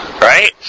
Right